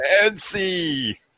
fancy